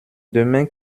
demain